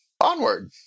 onward